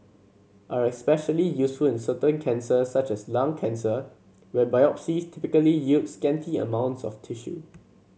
are especially useful in certain cancers such as lung cancer where biopsies typically yield scanty amount of tissue